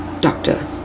Doctor